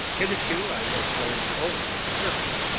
hitherto i had blamed only the servants,